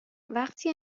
وقتی